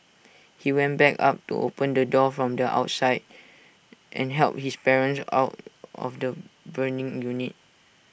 he went back up to open the door from the outside and helped his parents out of the burning unit